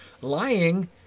Lying